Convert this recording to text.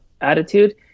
attitude